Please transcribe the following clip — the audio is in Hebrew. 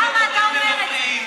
למה אתה אומר את זה?